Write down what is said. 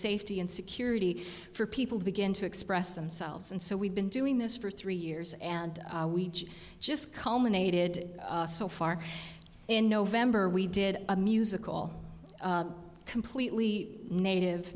safety and security for people to begin to express themselves and so we've been doing this for three years and we just culminated so far in november we did a musical completely native